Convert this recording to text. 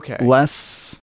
less